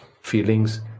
feelings